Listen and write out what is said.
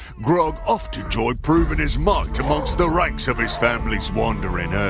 grog often enjoyed proving his might amongst the ranks of his family's wandering ah